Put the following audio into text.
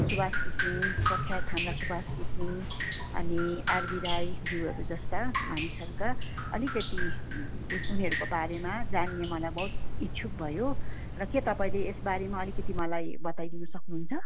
सुवास घिसिङ प्रख्यात हाम्रा सुवास घिसिङ अनि आरबी राईज्युहरू जस्ता मानिसहरूका अलिकति उनीहरूको बारेमा जान्ने मलाई बहुत इच्छुक भयो र के तपाईँले यसबारेमा अलिकति मलाई बताइदिनु सक्नुहुन्छ